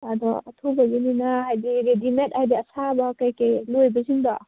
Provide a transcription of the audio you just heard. ꯑꯗꯣ ꯑꯊꯨꯕꯒꯤꯅꯤꯅ ꯍꯥꯏꯗꯤ ꯔꯦꯗꯤꯃꯦꯠ ꯍꯥꯏꯗꯤ ꯑꯁꯥꯕ ꯀꯩꯀꯩ ꯂꯣꯏꯕꯁꯤꯡꯗꯣ